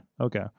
okay